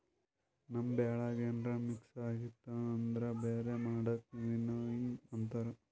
ನಮ್ ಬೆಳ್ಯಾಗ ಏನ್ರ ಮಿಕ್ಸ್ ಆಗಿತ್ತು ಅಂದುರ್ ಬ್ಯಾರೆ ಮಾಡದಕ್ ವಿನ್ನೋವಿಂಗ್ ಅಂತಾರ್